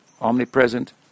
omnipresent